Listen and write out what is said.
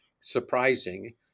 surprising